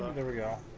the rio.